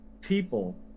people